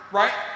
right